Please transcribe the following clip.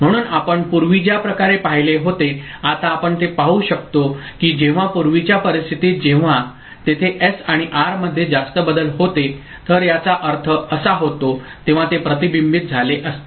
म्हणून आपण पूर्वी ज्या प्रकारे पाहिले होते आता आपण ते पाहू शकतो की जेव्हा पूर्वीच्या परिस्थितीत जेव्हा तेथे एस आणि आर मध्ये जास्त बदल होते तर याचा अर्थ असा होतो तेव्हा ते प्रतिबिंबित झाले असते